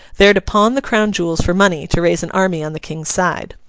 there to pawn the crown jewels for money to raise an army on the king's side.